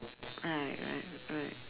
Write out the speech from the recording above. right right right